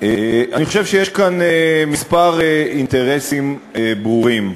אני חושב שיש כאן כמה אינטרסים ברורים,